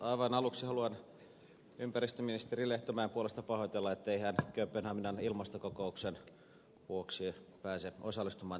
aivan aluksi haluan ympäristöministeri lehtomäen puolesta pahoitella ettei hän kööpenhaminan ilmastokokouksen vuoksi pääse osallistumaan tähän keskusteluun